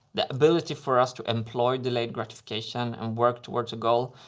the ability for us to employ delayed gratification and work towards a goal.